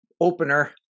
opener